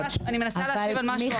אני מנסה להשיב על משהו אחר.